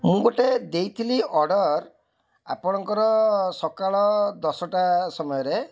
ମୁଁ ଗୋଟେ ଦେଇଥିଲି ଅର୍ଡ଼ର୍ ଆପଣଙ୍କର ସକାଳ ଦଶଟା ସମୟରେ